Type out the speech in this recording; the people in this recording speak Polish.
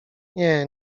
nie